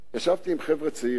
ישבתי עם חבר'ה צעירים